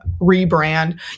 rebrand